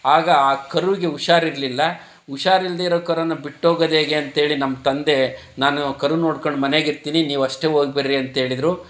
ಆಗ ಆ ಕರುವಿಗೆ ಹುಷಾರಿರ್ಲಿಲ್ಲ ಹುಷಾರಿಲ್ದೆ ಇರೋ ಕರುನಾ ಬಿಟ್ಟೋಗೋದು ಹೇಗೆ ಅಂತೇಳಿ ನಮ್ಮ ತಂದೆ ನಾನು ಕರು ನೋಡ್ಕಂಡು ಮನೆಲಿರ್ತೀನಿ ನೀವಷ್ಟೇ ಹೋಗಿಬರ್ರಿ ಅಂತೇಳಿದರು